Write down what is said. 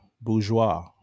Bourgeois